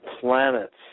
planets